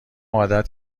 عادت